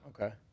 Okay